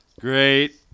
Great